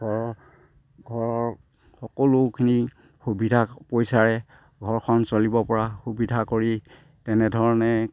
ঘৰ ঘৰৰ সকলোখিনি সুবিধা পইচাৰে ঘৰখন চলিব পৰা সুবিধা কৰি তেনেধৰণে